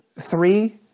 Three